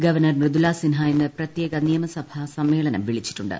governor Mridula Sinha ഇന്ന് പ്രത്യേക നിമസഭാ സമ്മേളനം വിളിച്ചിട്ടുണ്ട്